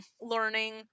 learning